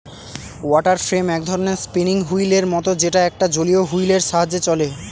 water frame এক ধরনের spinning wheel এর মত যেটা একটা জলীয় হুইল এর সাহায্যে চলে